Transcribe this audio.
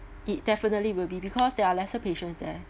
it definitely will be because there are lesser patients there